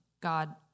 God